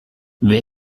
wer